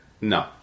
No